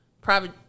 private